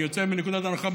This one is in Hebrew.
אני יוצא מנקודת הנחה,